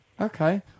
Okay